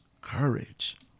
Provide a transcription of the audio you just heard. courage